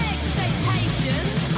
Expectations